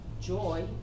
joy